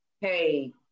hey